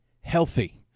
healthy